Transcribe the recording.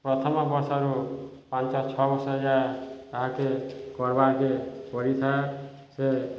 ପ୍ରଥମ ବର୍ଷରୁ ପାଞ୍ଚ ଛଅ ବର୍ଷ ଯାଏ ତାହାକୁ କରିବାକୁ ପଡ଼ିଥାଏ ସେ